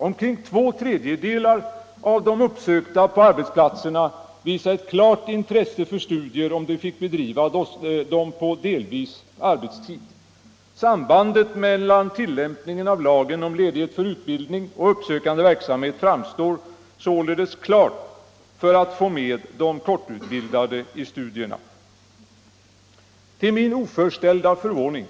Omkring två tredjedelar av de uppsökta på arbetsplatserna visar ett klart intresse för studier om de får bedriva dem delvis på arbetstid. Sambandet mellan tillämpningen av lagen om ledighet för utbildning och den uppsökande verksamheten framstår således klart för att få med de kortutbildade i studierna. Till min oförställda förvåning